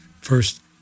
First